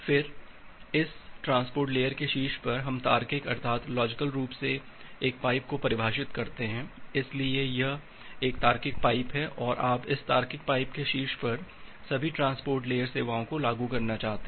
फिर इस transport layer के शीर्ष पर हम तार्किक अर्थात लॉजिकल रूप से एक पाइप को परिभाषित करते हैं इसलिए यह एक तार्किक पाइप है और आप इस तार्किक पाइप के शीर्ष पर सभी ट्रांसपोर्ट लेयर सेवाओं को लागू करना चाहते हैं